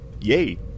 yay